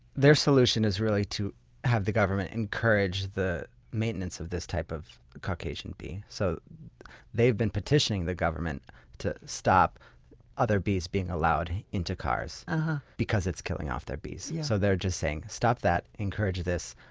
their solution is really to have the government encourage the maintenance of this type of caucasian bee. so they've been petitioning the government to stop other bees from being allowed into kars because it's killing off their bees. yeah so they're just saying, stop that encourage this.